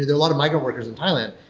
a lot migrant workers in thailand,